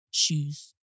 Shoes